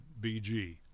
BG